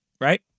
right